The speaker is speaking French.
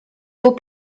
hauts